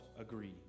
agree